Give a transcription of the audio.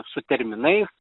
su terminais